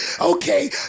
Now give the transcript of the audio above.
okay